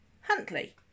Huntley